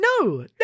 No